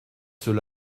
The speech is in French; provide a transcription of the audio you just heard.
ceux